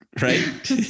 right